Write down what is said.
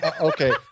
Okay